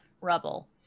rubble